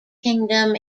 kingdom